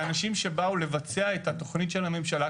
לאנשים שבאו לבצע את התוכנית של הממשלה,